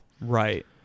right